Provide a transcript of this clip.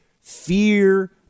Fear